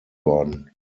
worden